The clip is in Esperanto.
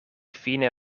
fine